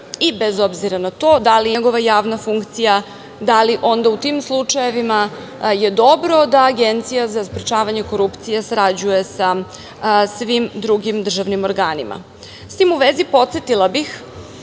i bez obzira na to da li je prestala njegova javna funkcija, da li onda u tim slučajevima je dobro da Agencija za sprečavanje korupcije sarađuje sa svim drugim državnim organima.S tim u vezi, podsetila bih